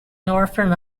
northern